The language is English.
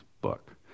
book